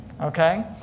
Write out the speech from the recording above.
Okay